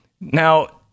Now